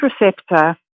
receptor